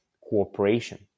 cooperation